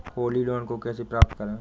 Holi loan को कैसे प्राप्त करें?